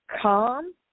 calm